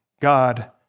God